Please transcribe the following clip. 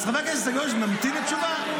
אז חבר הכנסת סגלוביץ', נמתין לתשובה.